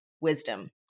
wisdom